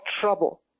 trouble